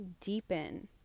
deepen